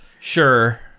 Sure